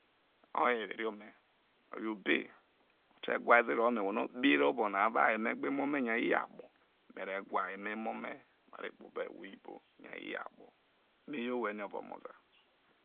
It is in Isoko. Oye o were ome yo obei ote whae ze no me bi kpoho eve obonana avo aye me gbe emome nyai you akpo, me re gwa aye gbe emo me re kpoba e ewho-oyibo nyai you akpo me you akpo me you owhe oniovo omozae.